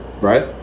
right